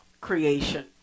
creation